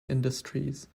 industries